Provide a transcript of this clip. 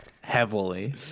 heavily